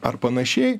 ar panašiai